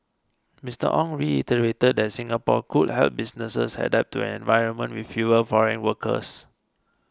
Mister Ong reiterated that Singapore could help businesses adapt to an environment with fewer foreign workers